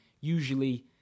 usually